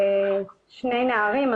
שני נערים,